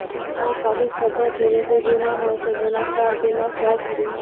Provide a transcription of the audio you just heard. आइ काल्हि सभ्भे चीजो के बीमा होय छै जेना कार बीमा, स्वास्थ्य बीमा